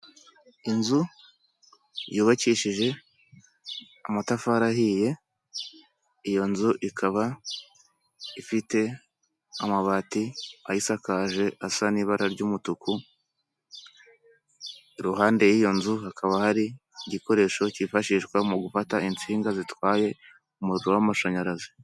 Inzu yubakishije amatafari ahiye, iyo nzu ikaba ifite amabati ayisakaje asa n'ibara ry'umutuku, iruhande y'iyo nzu hakaba hari igikoresho cyifashishwa mu gufata insinga zitwaye umuriro w'amashanyarazi.